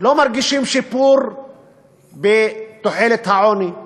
לא מרגישים שיפור בתחולת העוני,